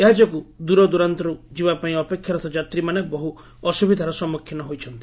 ଏହା ଯୋଗୁଁ ଦୂରଦୂରାନ୍ତକୁ ଯିବା ପାଇଁ ଅପେକ୍ଷାରତ ଯାତ୍ରୀମାନେ ବହୁ ଅସୁବିଧାର ସମ୍ମୁଖୀନ ହୋଇଛନ୍ତି